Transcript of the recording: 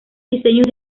diseños